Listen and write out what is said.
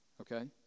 okay